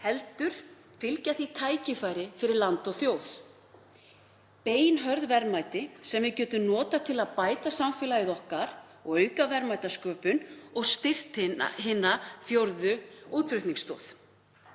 heldur fylgja því tækifæri fyrir land og þjóð, beinhörð verðmæti sem við getum notað til að bæta samfélagið okkar og auka verðmætasköpun og styrkt hina fjórðu útflutningsstoð.